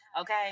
okay